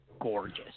gorgeous